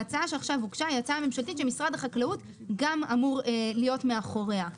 ההצעה שעכשיו הוגשה היא הצעה ממשלתית שמשרד החקלאות אמור להיות מאחוריה.